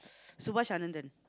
Subhas Anandan